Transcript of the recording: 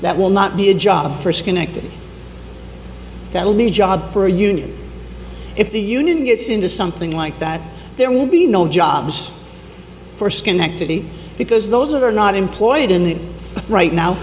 that will not be a job for schenectady that all new job for a union if the union gets into something like that there will be no jobs for schenectady because those are not employed in right now